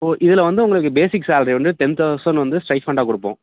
so இதில் வந்து உங்களுக்கு பேசிக் சேலரி வந்து டென் தௌசண்ட் வந்து ஸ்டைஃபண்டாக கொடுப்போம்